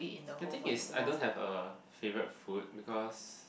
the thing is I don't have a favourite food because